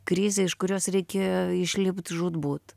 krizė iš kurios reikėjo išlipt žūtbūt